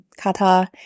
Kata